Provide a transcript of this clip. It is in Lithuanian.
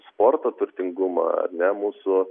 sporto turtingumą ar ne mūsų